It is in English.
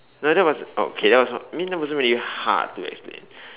no that was oh okay that was I mean that wasn't really hard to explain